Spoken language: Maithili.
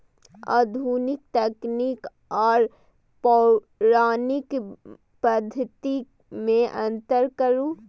आधुनिक तकनीक आर पौराणिक पद्धति में अंतर करू?